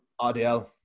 RDL